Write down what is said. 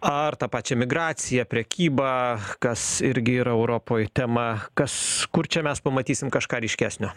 ar tą pačia migraciją prekybą kas irgi yra europoj tema kas kur čia mes pamatysim kažką ryškesnio